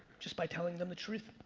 just by telling them the truth.